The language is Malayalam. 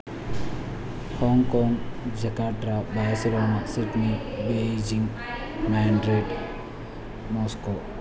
Hong Kong Jakarta Barcelona Sydney Beijing Madrid Moscow